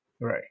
Right